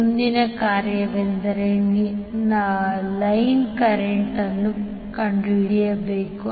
ಮುಂದಿನ ಕಾರ್ಯವೆಂದರೆ ನೀವು ಲೈನ್ ಕರೆಂಟ್ ಅನ್ನು ಕಂಡುಹಿಡಿಯಬೇಕು